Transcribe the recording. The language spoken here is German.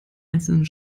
einzelnen